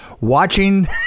watching